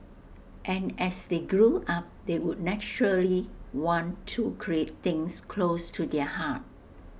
and as they grew up they would naturally want to create things close to their heart